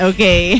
Okay